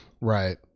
right